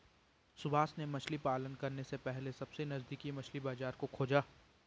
सुभाष ने मछली पालन करने से पहले सबसे नजदीकी मछली बाजार को खोजा